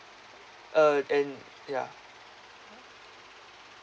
uh and ya